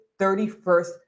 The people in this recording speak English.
31st